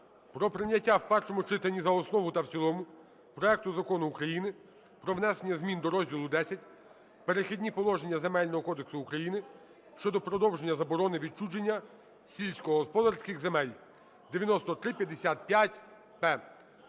про прийняття в першому читанні за основу та цілому проекту Закону України "Про внесення змін до розділу Х "Перехідні положення" Земельного кодексу України щодо продовження заборони відчуження сільськогосподарських земель (9355-П).